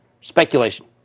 speculation